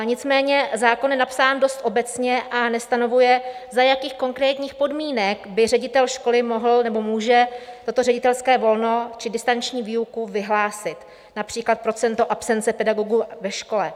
Nicméně zákon je napsán dost obecně a nestanovuje, za jakých konkrétních podmínek by ředitel školy mohl nebo může toto ředitelské volno či distanční výuku vyhlásit, například procento absence pedagogů ve škole.